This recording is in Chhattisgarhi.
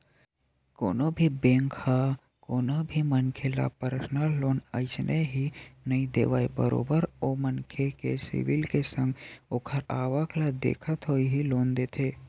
कोनो भी बेंक ह कोनो भी मनखे ल परसनल लोन अइसने ही नइ देवय बरोबर ओ मनखे के सिविल के संग ओखर आवक ल देखत होय ही लोन देथे